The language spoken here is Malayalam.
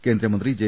കേന്ദ്രമന്ത്രി ജെ